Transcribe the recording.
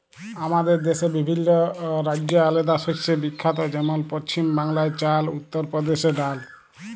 আমাদের দ্যাশে বিভিল্ল্য রাজ্য আলেদা শস্যে বিখ্যাত যেমল পছিম বাংলায় চাল, উত্তর পরদেশে ডাল